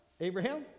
Abraham